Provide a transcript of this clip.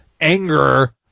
anger